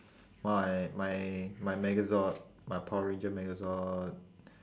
my my my megazord my power ranger megazord